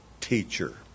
teacher